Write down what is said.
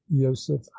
joseph